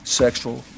sexual